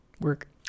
work